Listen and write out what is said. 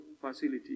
facility